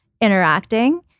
interacting